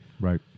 Right